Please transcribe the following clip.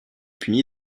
puni